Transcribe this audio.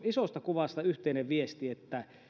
isosta kuvasta yhteinen viesti että